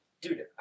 Dude